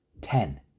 Ten